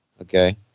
Okay